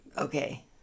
Okay